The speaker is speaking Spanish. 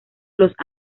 los